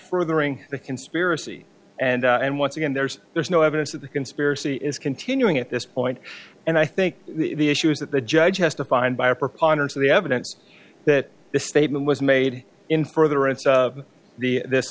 furthering the conspiracy and and once again there's there's no evidence that the conspiracy is continuing at this point and i think the issue is that the judge has to find by a preponderance of the evidence that the statement was made in furtherance of the this